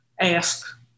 ask